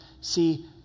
See